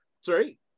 sorry